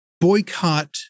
boycott